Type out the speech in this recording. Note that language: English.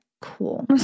cool